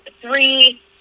three